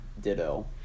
ditto